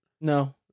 No